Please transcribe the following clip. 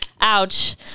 Ouch